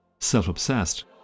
self-obsessed